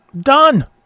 Done